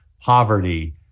poverty